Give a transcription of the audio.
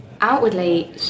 outwardly